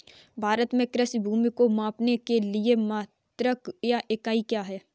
भारत में कृषि भूमि को मापने के लिए मात्रक या इकाई क्या है?